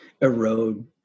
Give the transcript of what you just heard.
erode